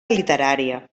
literària